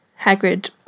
Hagrid